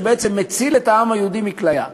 שמציל את העם היהודי מכליה,